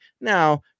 Now